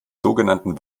sogenannten